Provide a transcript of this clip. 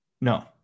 No